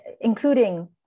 including